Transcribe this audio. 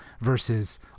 versus